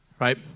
right